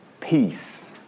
peace